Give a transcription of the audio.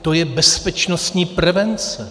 To je bezpečnostní prevence.